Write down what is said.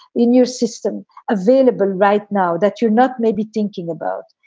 in your system available right now that you're not maybe thinking about.